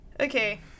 okay